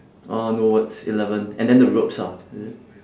uh no words eleven and then the ropes ah is it